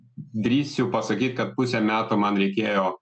drįsiu pasakyt kad pusę metų man reikėjo